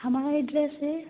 हमारा एड्रेस है